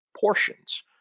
portions